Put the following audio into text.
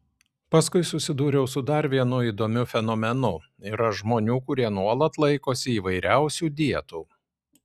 paskui susidūriau su dar vienu įdomiu fenomenu yra žmonių kurie nuolat laikosi įvairiausių dietų